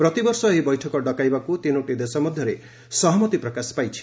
ପ୍ରତିବର୍ଷ ଏହି ବୈଠକ ଡକାଇବାକୁ ତିନୋଟି ଦେଶ ମଧ୍ୟରେ ସହମତି ପ୍ରକାଶ ପାଇଛି